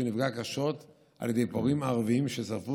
שנפגע קשות על ידי פורעים ערבים ששרפו